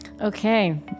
Okay